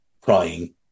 crying